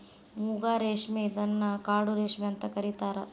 ಮೂಗಾ ರೇಶ್ಮೆ ಇದನ್ನ ಕಾಡು ರೇಶ್ಮೆ ಅಂತ ಕರಿತಾರಾ